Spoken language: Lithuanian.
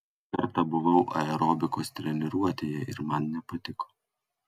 kartą buvau aerobikos treniruotėje ir man nepatiko